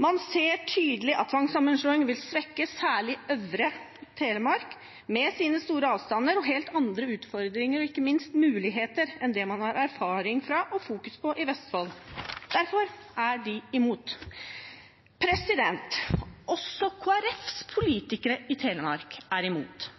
Man ser tydelig at tvangssammenslåing vil svekke særlig Øvre Telemark med sine store avstander og helt andre utfordringer og ikke minst muligheter enn det man har erfaring fra og fokus på i Vestfold. Derfor er de imot. Også Kristelig Folkepartis politikere i Telemark er imot.